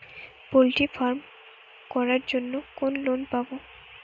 Poultry farm করার জন্য কোন লোন পাব?